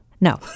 No